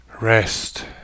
rest